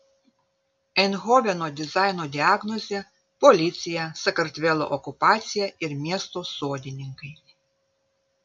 eindhoveno dizaino diagnozė policija sakartvelo okupacija ir miesto sodininkai